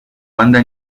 banda